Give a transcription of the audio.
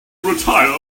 retire